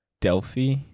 delphi